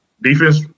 Defense